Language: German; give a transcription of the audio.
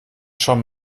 schon